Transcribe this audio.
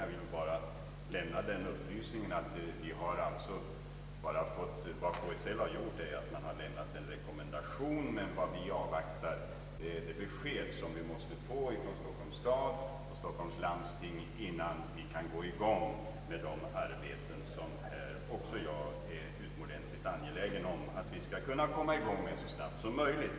Jag vill bara lämna den upplysningen att KSL har givit en rekommendation men att vi avvaktar det besked vi måste få från Stockholms stad och Stockholms läns landsting innan vi kan komma i gång med de arbeten som också jag är utomordentligt angelägen om att vi skall kunna utföra så snabbt som möjligt.